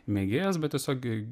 mėgėjas bet tiesiog